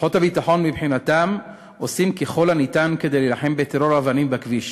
כוחות הביטחון מבחינתם עושים ככל הניתן כדי להילחם בטרור האבנים בכביש,